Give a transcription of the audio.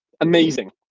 amazing